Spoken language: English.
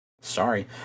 Sorry